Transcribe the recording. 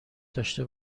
داشته